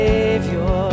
Savior